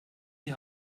die